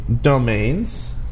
domains